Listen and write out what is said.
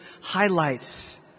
highlights